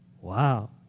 Wow